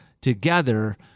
together